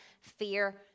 fear